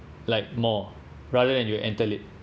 like more rather than you enter late